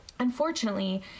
Unfortunately